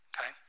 Okay